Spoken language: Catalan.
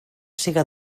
siga